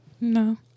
No